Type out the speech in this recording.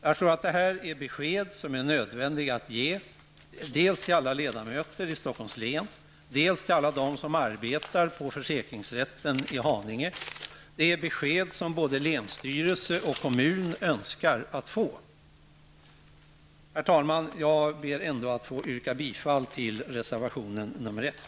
Jag tror att det här är besked som är nödvändiga att ge dels till alla ledamöter i Stockholms län, dels till alla dem som arbetar på försäkringsrätten i Haninge. Det är besked som både länsstyrelse och kommun önskar att få. Herr talman! Jag ber att få yrka bifall till reservation nr 1.